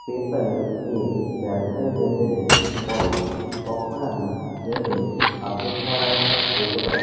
PayPal এ ব্যবসায়ী লেনদেনের পরে কখন আমি পেমেন্ট আপডেট হওয়ার আশা করতে পারি